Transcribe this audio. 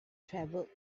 travelled